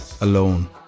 alone